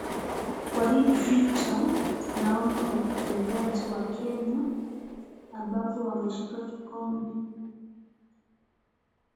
Kwenye hili picture naona wachezaji wa Kenya, ambapo wameshika kikombe.